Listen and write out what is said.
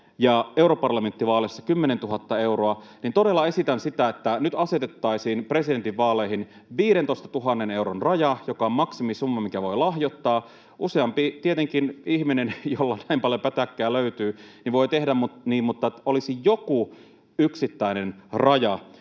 ja europarlamenttivaaleissa 10 000 euroa — niin todella esitän sitä, että nyt asetettaisiin presidentinvaaleihin 15 000 euron raja, joka on maksimisumma, minkä voi lahjoittaa. Tietenkin useampi ihminen, jolta näin paljon pätäkkää löytyy, voi tehdä niin, mutta olisi joku yksittäinen raja